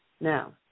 Now